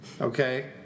Okay